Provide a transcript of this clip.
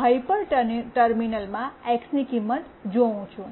hyper ટર્મિનલમાં X ની કિંમત જોઉં છું